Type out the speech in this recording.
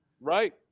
Right